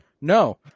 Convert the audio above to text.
No